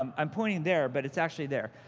um i'm pointing there, but it's actually there.